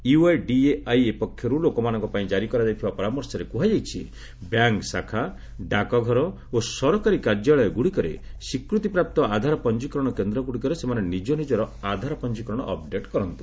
UIDAI ପକ୍ଷରୁ ଲୋକମାନଙ୍କ ପାଇଁ ଜାରି କରାଯାଇଥିବା ପରାମର୍ଶରେ କୁହାଯାଇଛି ବ୍ୟାଙ୍କ୍ ଶାଖା ଡାକଘର ଓ ସରକାରୀ କାର୍ଯ୍ୟାଳୟଗୁଡ଼ିକରେ ସ୍ୱୀକୃତିପ୍ରାପ୍ତ ଆଧାର ପଞ୍ଜୀକରଣ କେନ୍ଦ୍ରଗୁଡ଼ିକରେ ସେମାନେ ନିଜନିଜର ଆଧାର ପଞ୍ଜୀକରଣ ଅପ୍ଡେଟ୍ କରନ୍ତୁ